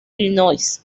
illinois